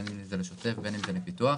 בין לשוטף ובין לפיתוח.